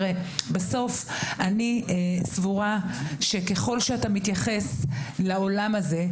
בסוף אני סבורה שככל שאתה מתייחס לעולם הזה,